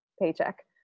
paycheck